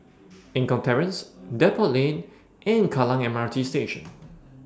Eng Kong Terrace Depot Lane and Kallang M R T Station